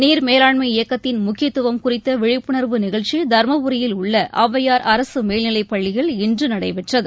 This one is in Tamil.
நீர் மேலாண்மை இயக்கத்தின் முக்கியத்துவம் குறித்த விழிப்புணர்வு நிகழ்ச்சி தருமபுரியில் உள்ள அவ்வையார் அரசு மேல்நிலைப் பள்ளியில் இன்று நடைபெற்றது